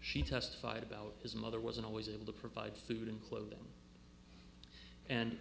she testified about his mother wasn't always able to provide food and clothing and